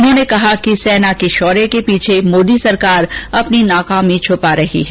उन्होंने कहा कि सेना के शोर्य के पीछे मोदी सरकार अपनी नाकामी छुपा रही है